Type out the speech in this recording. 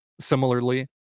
similarly